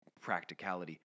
practicality